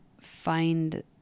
find